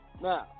Now